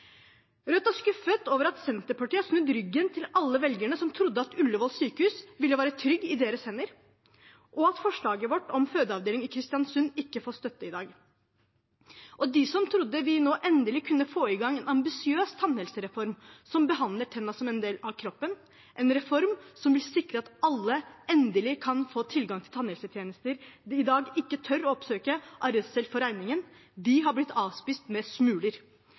Rødt er skuffet over at Senterpartiet har snudd ryggen til alle velgerne som trodde at Ullevål sykehus ville være trygt i deres hender, og at forslaget vårt om fødeavdeling i Kristiansund ikke får støtte i dag. Og de som trodde vi nå endelig kunne få i gang en ambisiøs tannhelsereform som behandler tennene som en del av kroppen, en reform som vil sikre at alle endelig kan få tilgang til tannhelsetjenester man i dag ikke tør å oppsøke av redsel for regningen, de har blitt avspist med smuler.